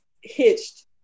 hitched